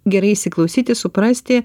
gerai įsiklausyti suprasti